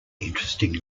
interesting